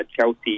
Chelsea